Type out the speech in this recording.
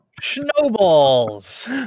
Snowballs